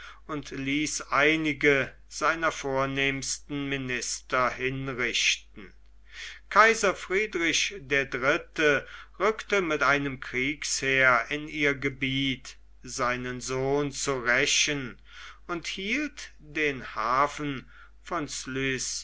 und ließ einige seiner vornehmsten minister hinrichten kaiser friedrich der dritte rückte mit einem kriegsheer in ihr gebiet seinen sohn zu rächen und hielt den hafen von